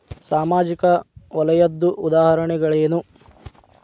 ಸಾಮಾಜಿಕ ವಲಯದ್ದು ಉದಾಹರಣೆಗಳೇನು?